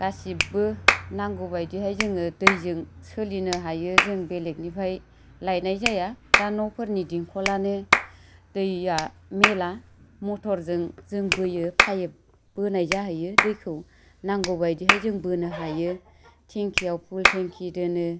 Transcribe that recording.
गासिब्बो नांगौ बायदिहाय जोङो दैजों सोलिनो हायो जों बेलेगनिफ्राय लायनाय जाया दा न'फोरनि दिंख'लानो दैया मेला मथरजों जों बोयो पाइफ बोनाय जाहैयो दैखौ नांगौ बायदिहाय जों बोनो हायो थेंखियाव फुल थेंखि दोनो